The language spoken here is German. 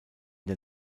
der